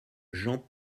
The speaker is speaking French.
jean